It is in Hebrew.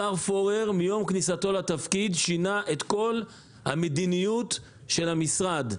השר פורר מיום כניסתו לתפקיד שינה את כל המדיניות של המשרד.